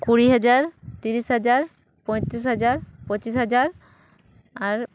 ᱠᱩᱲᱤ ᱦᱟᱡᱟᱨ ᱛᱤᱨᱤᱥ ᱦᱟᱡᱟᱨ ᱯᱚᱭᱛᱤᱨᱤᱥ ᱦᱟᱡᱟᱨ ᱯᱚᱸᱪᱤᱥ ᱦᱟᱡᱟᱨ ᱟᱨ